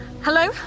hello